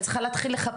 היא צריכה להתחיל לחפש.